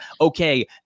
okay